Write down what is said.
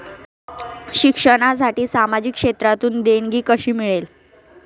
शिक्षणासाठी सामाजिक क्षेत्रातून देणगी कशी मिळेल?